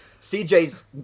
CJ's